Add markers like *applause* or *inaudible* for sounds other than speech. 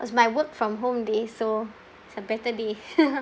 was my work from home day so it's a better day *laughs*